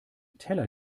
teller